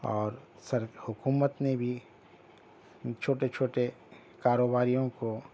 اور سر حکومت نے بھی چھوٹے چھوٹے کاروباریوں کو